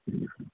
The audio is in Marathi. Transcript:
ठीक